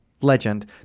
legend